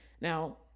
now